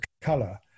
color